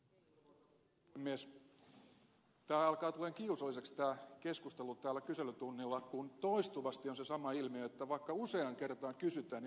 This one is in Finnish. tämä alkaa tulla kiusalliseksi tämä keskustelu täällä kyselytunnilla kun toistuvasti on se sama ilmiö että vaikka useaan kertaan kysytään niin vastausta ei tule ei hohtimillakaan